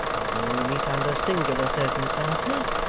although we meet under singular circumstances,